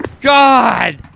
god